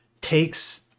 takes